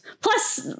plus